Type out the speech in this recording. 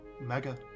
mega